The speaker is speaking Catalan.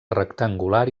rectangular